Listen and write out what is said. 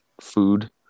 Food